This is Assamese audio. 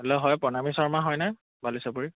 হেল্ল' হয় প্ৰণামী শৰ্মা হয়নে বালি চাপৰিৰ